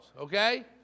okay